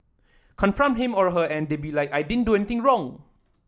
confront him or her and they be like I didn't do anything wrong